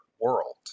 world